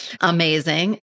Amazing